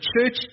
church